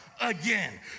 again